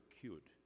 cute